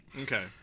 Okay